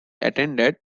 attended